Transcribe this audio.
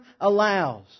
allows